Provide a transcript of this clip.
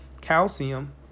calcium